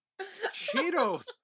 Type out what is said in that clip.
Cheetos